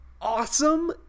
awesome